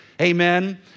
Amen